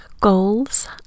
goals